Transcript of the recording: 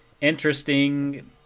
interesting